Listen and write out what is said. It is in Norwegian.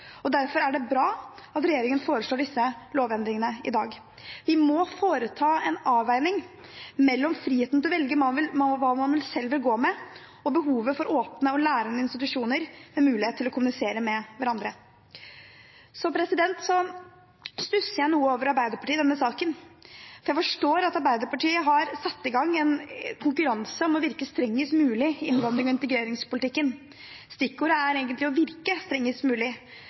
Derfor er det bra at regjeringen foreslår disse lovendringene i dag. Vi må foreta en avveining mellom friheten til å velge hva man selv vil gå med, og behovet for åpne og lærende institusjoner, med muligheter til å kommunisere med hverandre. Jeg stusser noe over Arbeiderpartiet i denne saken. Jeg forstår at Arbeiderpartiet har satt i gang en konkurranse om å virke strengest mulig i innvandrings- og integreringspolitikken. Stikkordet er egentlig å virke strengest mulig,